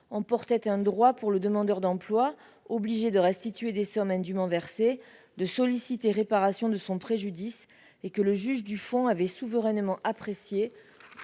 emportait un droit pour le demandeur d'emploi, obligés de restituer des sommes indument versées de solliciter réparation de son préjudice et que le juge du fond avait souverainement apprécié